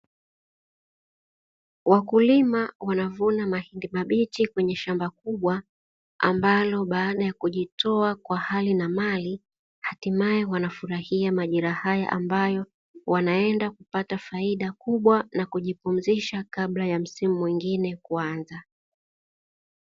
Wakulima wanavuna mahindi mabichi kwenye shamba kubwa, ambalo baada ya kujitoa kwa hali na mali hatimaye wanafurahia majira haya ambayo wanaenda kupata faida kubwa, na kujipumzisha kabla ya msimu mwingine kuanza.